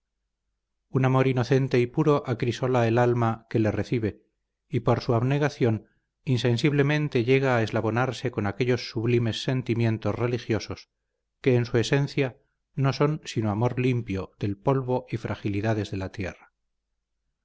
un amor inocente y puro acrisola el alma que le recibe y por su abnegación insensiblemente llega a eslabonarse con aquellos sublimes sentimientos religiosos que en su esencia no son sino amor limpio del polvo y fragilidades de la tierra